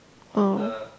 oh